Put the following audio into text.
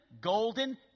golden